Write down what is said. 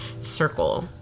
circle